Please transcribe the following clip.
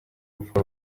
rupfu